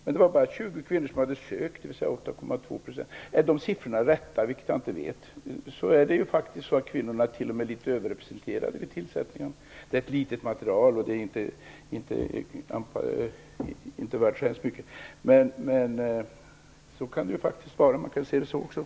Men det var bara 20 kvinnor som hade sökt, dvs. 8,2 %. Om siffrorna stämmer, vilket jag inte vet, är kvinnorna t.o.m. något överrepresenterade vid tillsättningen. Det är ett litet material, som inte är värt särskilt mycket, men så kan det också se ut.